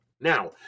Now